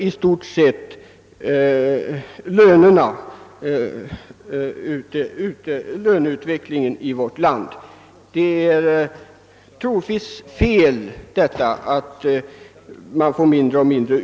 Det är troligen alldeles fel att utrymmet för enskild verksamhet i dessa sammanhang blir mindre och mindre.